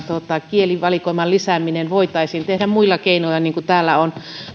kielivalikoiman lisääminen voitaisiin tehdä muilla keinoilla niin kuin täällä on